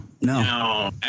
No